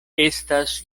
estas